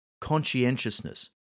conscientiousness